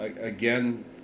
Again